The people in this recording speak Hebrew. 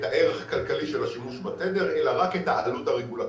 הערך הכלכלי של שימוש בתדר אלא רק את העלות הרגולטורית.